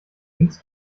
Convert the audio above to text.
links